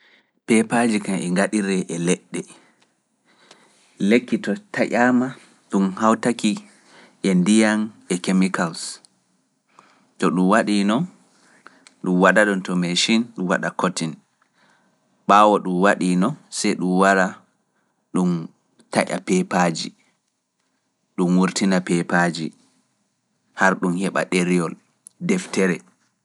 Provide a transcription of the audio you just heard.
Peepaaji kam e ngaɗire e leɗɗe. Lekki to taƴaama ɗum hawtaki e ndiyam e chemicals. To ɗum waɗi non, ɗum waɗa ɗum to mechin, ɗum taya. Ɓaawo ɗum waɗi non, sei ɗum wara ɗum taƴa peepaaji, ɗum wurtina peepaaji, har ɗum heɓa ɗereyol, deftere.